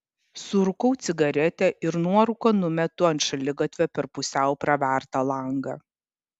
surūkau cigaretę ir nuorūką numetu ant šaligatvio per pusiau pravertą langą